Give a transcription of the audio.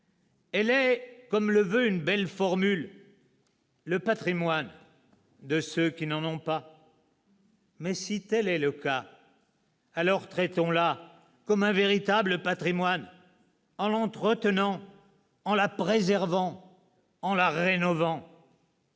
Elle est, comme le veut une belle formule, le patrimoine de ceux qui n'en ont pas. Mais, si tel est le cas, alors traitons-la comme un véritable patrimoine, en l'entretenant, en la préservant, en la rénovant.